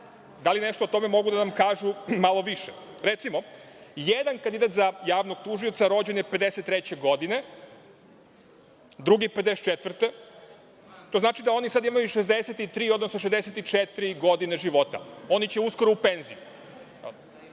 da li nešto o tome mogu da nam kažu malo više. Recimo, jedan kandidat za javnog tužioca rođen je 1953. godine, drugi 1954, to znači da oni sada imaju 63, odnosno 64 godine života. Oni će uskoro u penziju.